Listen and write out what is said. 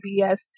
BS